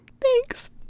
Thanks